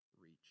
reach